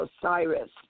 Osiris